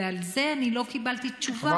ועל זה אני לא קיבלתי תשובה, מתי זה ייעשה.